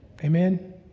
Amen